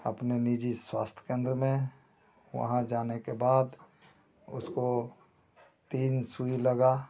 अपने निजी स्वास्थ्य केन्द्र में वहाँ जाने के बाद उसको तीन सुई लगी